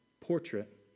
portrait